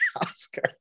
Oscar